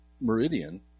Meridian